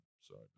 Sorry